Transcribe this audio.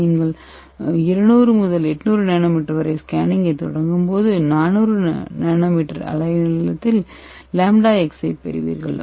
எனவே நீங்கள் 200 முதல் 800 என்எம் வரை ஸ்கேனிங்கைத் தொடங்கும்போது 400 என்எம் அலை நீளத்தில் λmax ஐப் பெறுவீர்கள்